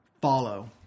follow